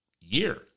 year